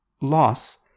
Loss